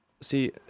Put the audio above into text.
see